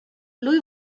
lui